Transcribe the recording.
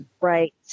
Right